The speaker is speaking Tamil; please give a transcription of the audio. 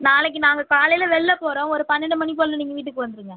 நாளைக்கு நாங்கள் காலையில வெளியில் போகிறோம் ஒரு பன்னெண்டு மணி போல நீங்கள் வீட்டுக்கு வந்துருங்க